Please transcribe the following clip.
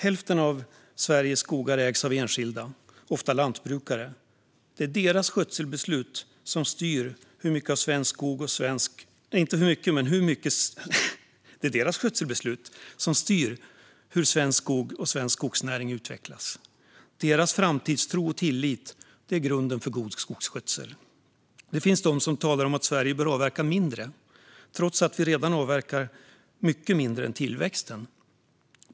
Hälften av Sveriges skogar ägs av enskilda, ofta lantbrukare. Det är deras skötselbeslut som styr hur svensk skog och svensk skogsnäring utvecklas. Deras framtidstro och tillit är grunden för god skogsskötsel. Det finns de som talar om att Sverige bör avverka mindre, trots att vi redan avverkar mycket mindre än tillväxten.